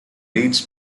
leads